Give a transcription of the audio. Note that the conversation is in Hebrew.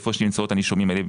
היכן שנמצאים הנישומים האלה,